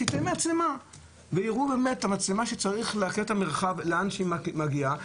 שתהיה מצלמה ויראו מהמצלמה את המרחב לאן שהיא מגיעה.